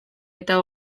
eta